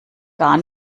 gar